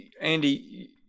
Andy